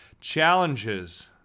challenges